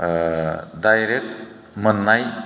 ओ दायरेक्ट मोननाय